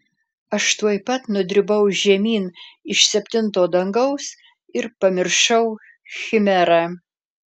aš tuoj pat nudribau žemyn iš septinto dangaus ir pamiršau chimerą